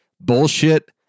bullshit